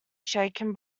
shaken